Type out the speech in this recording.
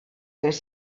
tres